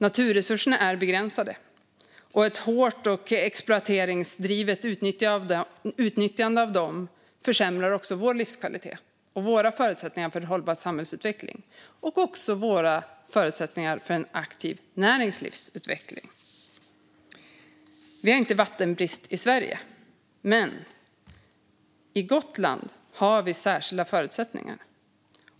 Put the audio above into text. Naturresurserna är begränsade, och ett hårt och exploateringsdrivet utnyttjande av dem försämrar också vår livskvalitet och våra förutsättningar för en hållbar samhällsutveckling samt våra förutsättningar för en aktiv näringslivsutveckling. Vi har inte vattenbrist i Sverige, men på Gotland har vi särskilda förutsättningar.